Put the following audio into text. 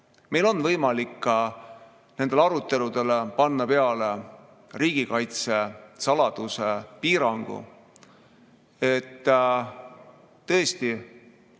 Meil on võimalik ka nendele aruteludele panna peale riigikaitsesaladuse piirangud, et tõesti